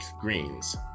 greens